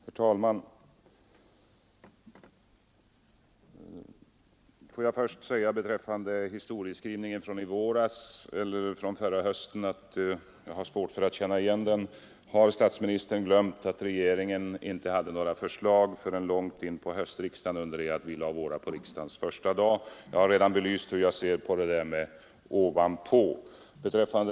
Herr talman! Jag vill först säga att jag har svårt att känna igen historieskrivningen från förra hösten. Har statsministern glömt att regeringen inte presenterade några förslag förrän långt in på höstsessionen, medan vi lade fram våra på riksdagens första dag? Jag har redan belyst hur jag ser på talet om att äirder skulle komma ovanpå regeringens.